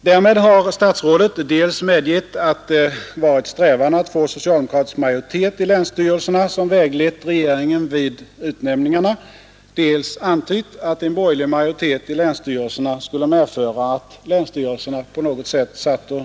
Därmed har statsrådet dels medgivit att det är strävan att få socialdemokratisk majoritet i länsstyrelserna som har väglett regeringen vid utnämningarna, dels antytt att en borgerlig majoritet i länsstyrelserna skulle medföra att länsstyrelserna